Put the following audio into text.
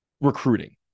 recruiting